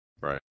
Right